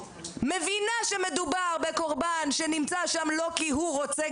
מבינה שמדובר בקרבן שנמצא שם לא כי הוא רוצה,